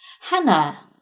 Hannah